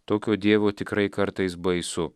tokio dievo tikrai kartais baisu